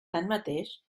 tanmateix